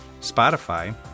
Spotify